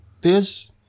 this-